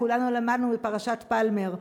וכולנו למדנו את פרשת פלמר,